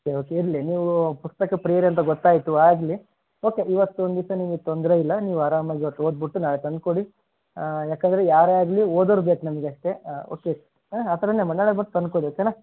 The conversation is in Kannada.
ಓಕೆ ಓಕೆ ಇರಲಿ ನೀವು ಪುಸ್ತಕ ಪ್ರಿಯರೇ ಅಂತ ಗೊತ್ತಾಯಿತು ಆಗಲಿ ಓಕೆ ಇವತ್ತೊಂದಿವ್ಸ ನಿಮಗೆ ತೊಂದರೆ ಇಲ್ಲ ನೀವು ಆರಾಮಾಗಿ ಇವತ್ತು ಓದಿಬಿಟ್ಟು ನಾಳೆ ತಂದುಕೊಡಿ ಹಾಂ ಯಾಕೆಂದ್ರೆ ಯಾರೇ ಆಗಲಿ ಓದೋರು ಬೇಕು ನಮಗೆ ಅಷ್ಟೇ ಹಾಂ ಓಕೆ ಹಾಂ ಆ ಥರ ತಂದು ಕೊಡಿ ಓಕೆನಾ